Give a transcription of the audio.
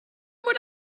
would